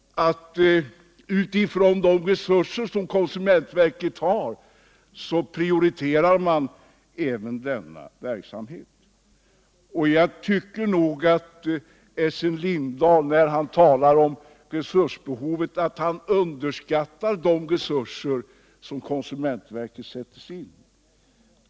Uufrån de resurser som konsumentverket har prioriterar man även denna verksamhet. Jag anser att Essen Lindahl, när han talar om behovet av insatser, underskattar de resurser som konsumentverket sätter in.